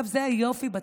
אגב, זה היופי בצבא,